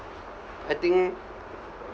I think